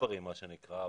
מה שנקרא הצברים,